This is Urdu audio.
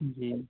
جی